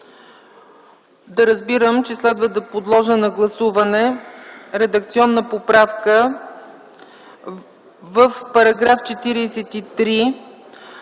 Да разбирам, че следва да подложа на гласуване редакционната поправка: В § 43